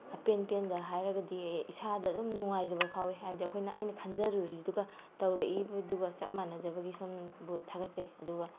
ꯑꯄꯦꯟ ꯄꯦꯟꯗ ꯍꯥꯏꯔꯒꯗꯤ ꯏꯁꯥꯗ ꯑꯗꯨꯝ ꯅꯨꯡꯉꯥꯏꯖꯕ ꯐꯥꯎꯋꯤ ꯍꯥꯏꯕꯗꯤ ꯑꯩꯈꯣꯏꯅ ꯑꯩꯅ ꯈꯟꯖꯔꯨꯔꯤꯗꯨꯒ ꯇꯧꯔꯛꯏꯕꯗꯨꯒ ꯆꯞ ꯃꯥꯟꯅꯖꯕꯒꯤ ꯁꯣꯝꯕꯨ ꯊꯥꯒꯠꯆꯔꯤ ꯑꯗꯨꯒ